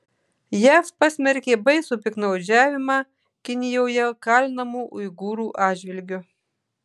jav pasmerkė baisų piktnaudžiavimą kinijoje kalinamų uigūrų atžvilgiu